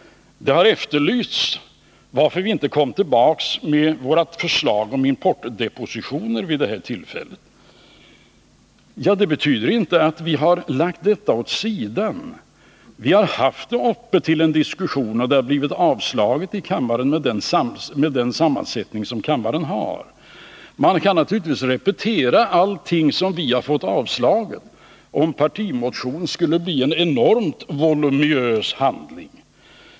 Det har efterlysts varför vi inte vid det här tillfället kom tillbaks med vårt förslag om importdepositioner. Ja, att vi inte gjort det betyder inte att vi har lagt detta förslag åt sidan. Vi har haft det uppe till diskussion, och det har avslagits i kammaren, med den sammansättning denna har. Vi kunde naturligtvis repetera allt som vi har fått avslaget, men då skulle vår partimotion bli en enormt voluminös handling.